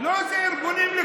לאילו ארגונים?